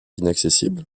inaccessible